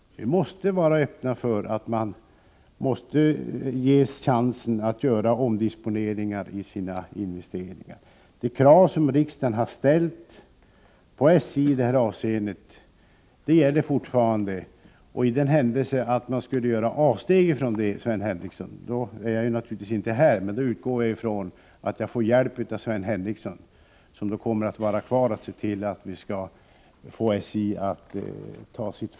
Vi måste räkna med att SJ skall kunna göra omdisponeringar beträffande investeringarna. De krav som riksdagen har ställt på SJ gäller fortfarande, och i händelse att SJ skulle bortse från dessa krav, Sven Henricsson, utgår jag ifrån att jag får hjälp av Sven Henricsson, som kommer att vara kvar i riksdagen, så att SJ tar sitt förnuft till fånga.